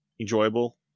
Enjoyable